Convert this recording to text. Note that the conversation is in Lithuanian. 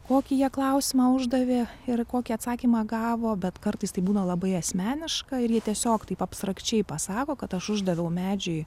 kokį jie klausimą uždavė ir kokį atsakymą gavo bet kartais tai būna labai asmeniška ir jie tiesiog taip abstrakčiai pasako kad aš uždaviau medžiui